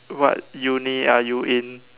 what uni are you in